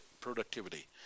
productivity